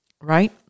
Right